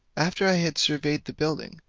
after i had surveyed the building,